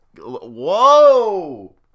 Whoa